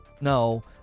No